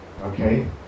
okay